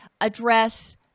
address